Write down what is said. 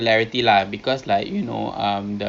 ya kita terus deep eh berbual